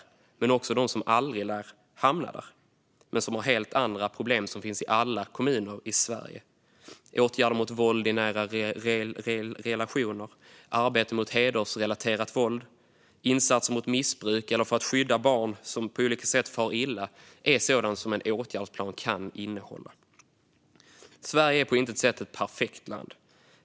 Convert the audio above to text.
Det finns också kommuner som aldrig lär hamna där men som har helt andra problem, som finns i alla kommuner i Sverige. Åtgärder mot våld i nära relationer, arbete mot hedersrelaterat våld och insatser mot missbruk eller för att skydda barn som på olika sätt far illa är sådant som en åtgärdsplan kan innehålla. Sverige är på intet sätt ett perfekt land.